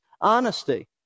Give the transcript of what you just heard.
honesty